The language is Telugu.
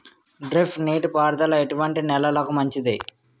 డ్రిప్ నీటి పారుదల ఎటువంటి నెలలకు మంచిది?